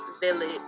village